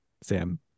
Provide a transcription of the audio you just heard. sam